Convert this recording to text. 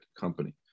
company